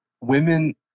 women